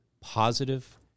positive